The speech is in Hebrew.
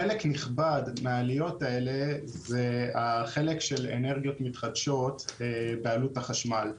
חלק נכבד מהעליות האלה הוא החלק של אנרגיות מתחדשות בעלות בחשמל.